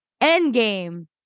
Endgame